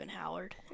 Howard